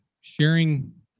sharing